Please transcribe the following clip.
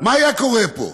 מה היה קורה פה?